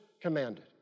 commanded